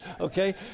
okay